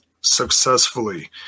successfully